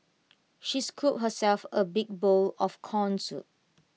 she scooped herself A big bowl of Corn Soup